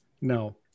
No